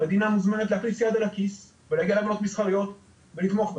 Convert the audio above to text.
המדינה מוזמנת להכניס יד לכיס ולהגיע לחברות מסחריות ולתמוך בהם,